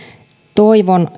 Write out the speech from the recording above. toivon